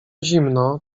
zimno